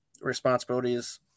responsibilities